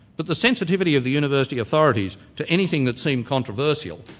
but the sensitivity of the university authorities to anything that seemed controversial,